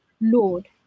Lord